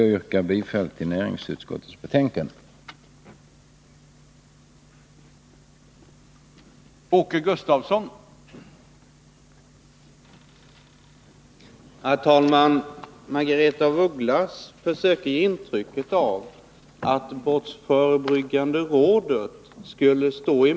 Jag yrkar bifall till näringsutskottets hemställan i betänkandet.